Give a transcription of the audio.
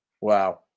Wow